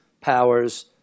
powers